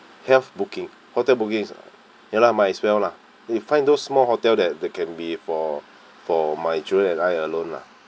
health booking hotel booking uh ya lah might as well lah you find those small hotel that that can be for for my children and I alone lah